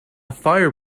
fire